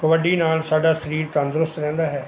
ਕਬੱਡੀ ਨਾਲ਼ ਸਾਡਾ ਸਰੀਰ ਤੰਦਰੁਸਤ ਰਹਿੰਦਾ ਹੈ